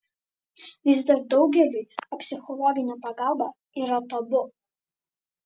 vis dar daugeliui psichologinė pagalba yra tabu